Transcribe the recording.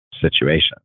situation